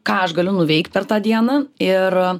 ką aš galiu nuveikt per tą dieną ir